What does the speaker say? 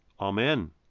Amen